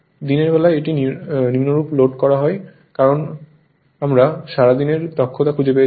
দিনের বেলায় এটি নিম্নরূপ লোড করা হয় কারণ আমরা সারাদিনের দক্ষতা খুঁজে পেয়েছি